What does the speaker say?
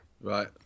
Right